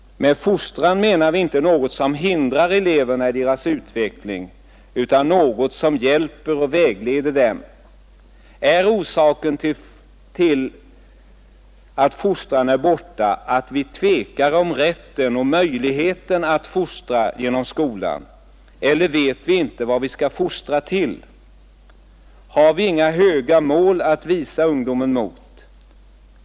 Med fostran menar vi inte något som hindrar eleverna i deras utveckling utan något som hjälper och vägleder dem. Är orsaken till att fostran är borta, att vi tvekar om rätten och möjligheten att fostra genom skolan? Eller vet vi inte vad vi skall fostra till? Har vi inga höga mål att visa ungdomen mot?